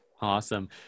Awesome